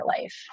life